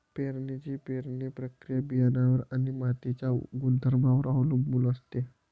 पेरणीची पेरणी प्रक्रिया बियाणांवर आणि मातीच्या गुणधर्मांवर अवलंबून असते